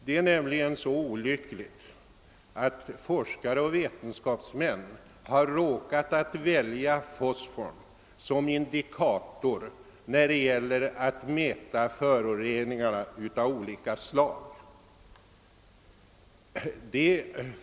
Fosforhalten har av forskare och vetenskapsmän valts som indikator vid mätning av föroreningar av olika slag.